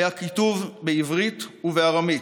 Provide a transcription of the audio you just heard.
היה כיתוב בעברית ובארמית: